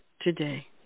today